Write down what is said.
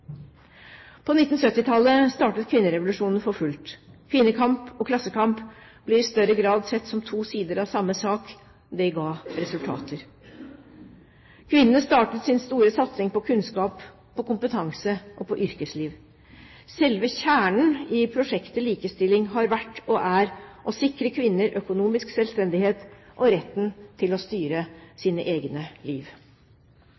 På 1970-tallet startet kvinnerevolusjonen for fullt. Kvinnekamp og klassekamp ble i større grad sett som to sider av samme sak. Det ga resultater. Kvinnene startet sin store satsing på kunnskap, kompetanse og yrkesliv. Selve kjernen i «prosjektet likestilling» har vært og er å sikre kvinner økonomisk selvstendighet og retten til å styre